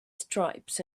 stripes